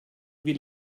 wie